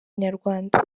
nyarwanda